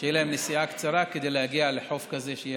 שתהיה להם נסיעה קצרה להגיע לחוף כזה.